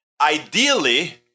Ideally